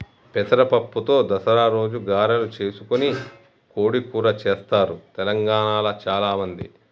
పెసర పప్పుతో దసరా రోజు గారెలు చేసుకొని కోడి కూర చెస్తారు తెలంగాణాల చాల మంది